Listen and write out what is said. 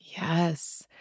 yes